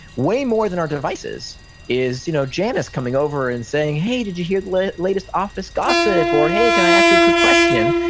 way more than our devices is you know janice coming over and saying, hey, did you hear the latest office gossip? gossip? or, hey, can i ask you a quick question?